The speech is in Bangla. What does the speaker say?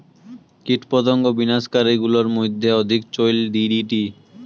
কীটপতঙ্গ বিনাশ কারী গুলার মইধ্যে অধিক চৈল ডি.ডি.টি